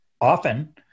often